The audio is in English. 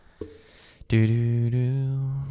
Do-do-do